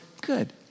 good